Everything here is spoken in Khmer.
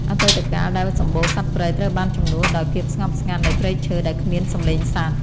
អតីតកាលដែលសំបូរសត្វព្រៃត្រូវបានជំនួសដោយភាពស្ងប់ស្ងាត់នៃព្រៃឈើដែលគ្មានសំឡេងសត្វ។